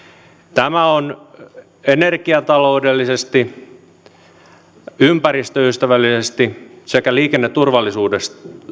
tämä on energiataloudellisesti ympäristöystävällisesti sekä liikenneturvallisuuden